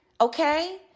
okay